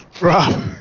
Rob